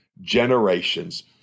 Generations